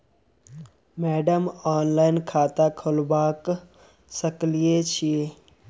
Madam online खाता खोलबा सकलिये छीयै?